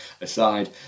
Aside